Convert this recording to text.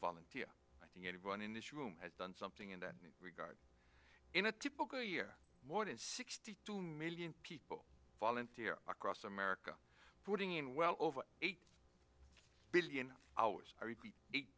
volunteer i think anyone in this room has done something in that regard in a typical year more than sixty two million people volunteer across america putting in well over eight billion hours or eight